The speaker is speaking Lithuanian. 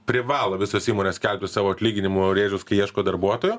privalo visos įmonės skelbti savo atlyginimo rėžius kai ieško darbuotojo